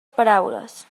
paraules